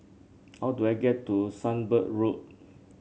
how do I get to Sunbird Road